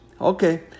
Okay